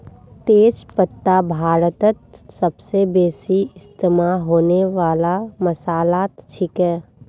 तेज पत्ता भारतत सबस बेसी इस्तमा होने वाला मसालात छिके